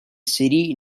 city